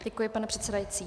Děkuji, pane předsedající.